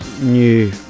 new